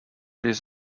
this